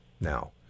now